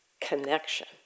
connection